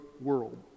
world